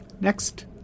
next